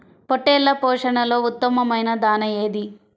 పొట్టెళ్ల పోషణలో ఉత్తమమైన దాణా ఏది?